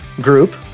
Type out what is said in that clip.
group